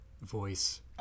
voice